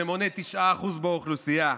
שמונה 9% מהאוכלוסייה,